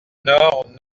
nord